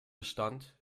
bestand